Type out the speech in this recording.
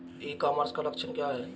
ई commerce का लक्ष्य क्या है?